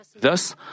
Thus